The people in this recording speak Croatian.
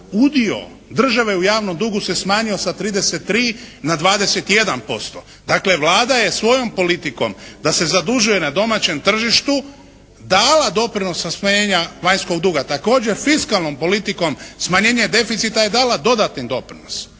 Udio države u javnom dugu se smanjio sa 33 na 21%. Dakle Vlada je svojom politikom da se zadužuje na domaćem tržištu dala doprinos za smanjenje vanjskog duga. Također fiskalnom politikom smanjenje deficita je dala dodatni doprinos.